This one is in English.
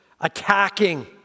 attacking